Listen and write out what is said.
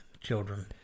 children